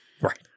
Right